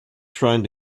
trying